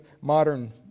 modern